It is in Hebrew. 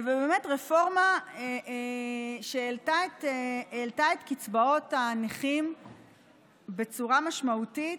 רפורמה שהעלתה את קצבאות הנכים בצורה משמעותית.